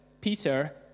Peter